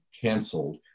canceled